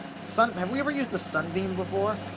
sun. have we ever used a sunbeam before?